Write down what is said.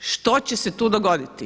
Što će se tu dogoditi?